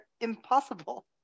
impossible